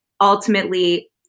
ultimately